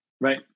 right